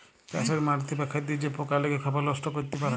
চাষের মাটিতে বা খাদ্যে যে পকা লেগে খাবার লষ্ট ক্যরতে পারে